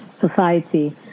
society